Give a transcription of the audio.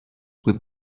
with